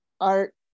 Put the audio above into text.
art